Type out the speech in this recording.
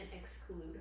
exclude